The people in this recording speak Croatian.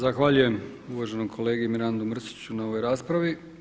Zahvaljujem uvaženom kolegi Mirandu Mrsiću na ovoj raspravi.